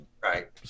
right